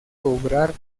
cobrar